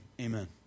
amen